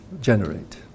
generate